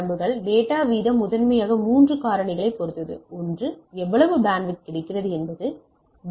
data வீதம் முதன்மையாக 3 காரணிகளைப் பொறுத்தது ஒன்று எவ்வளவு பேண்ட்வித் கிடைக்கிறது என்பது பேண்ட்வித்